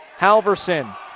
Halverson